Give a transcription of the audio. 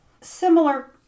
Similar